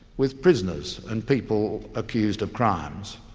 with prisoners and people accused of crimes,